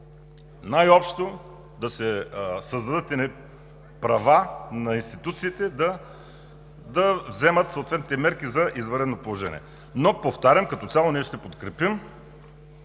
най-общо да се създадат едни права на институциите да вземат съответните мерки за извънредно положение. Но, повтарям, като цяло ние ще подкрепим